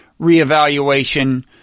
reevaluation